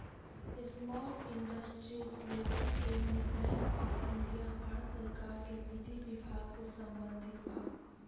small industries development bank of India भारत सरकार के विधि विभाग से संबंधित बा